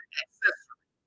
accessory